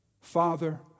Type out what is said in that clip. father